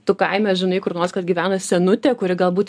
tu kaime žinai kur nors kas gyvena senutė kuri galbūt